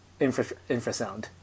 infrasound